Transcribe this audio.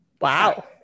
Wow